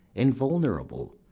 invulnerable,